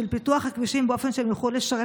של פיתוח הכבישים באופן שהם יוכלו לשרת